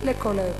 לכל היותר.